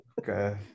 Okay